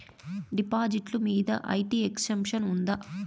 డిపాజిట్లు మీద IT exemption ఉందా?